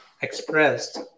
expressed